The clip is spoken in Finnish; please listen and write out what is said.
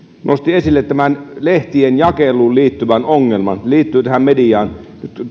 nosti esille tämän lehtien jakeluun liittyvän ongelman sekin liittyy tähän mediaan